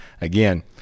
again